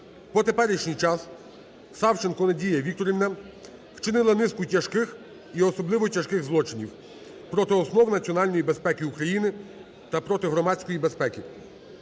по теперішній час Савченко Надія Вікторівна вчинила низку тяжких і особливо тяжких злочинів проти основ національної безпеки України та проти громадської безпеки.